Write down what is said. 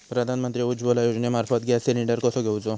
प्रधानमंत्री उज्वला योजनेमार्फत gas cylinder कसो घेऊचो?